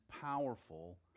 powerful